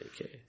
Okay